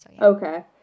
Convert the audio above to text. Okay